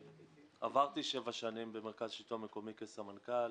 עברתי שבע שנים במרכז השלטון המקומי כסמנכ"ל.